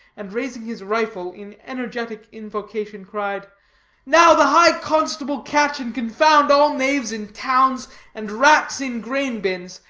and, raising his rifle in energetic invocation, cried now the high-constable catch and confound all knaves in towns and rats in grain-bins,